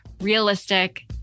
realistic